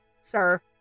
sir